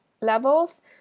levels